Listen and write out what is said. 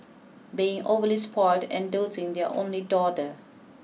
being overly spoilt and doting their only daughter